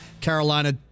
Carolina